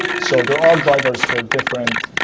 so there are drivers for different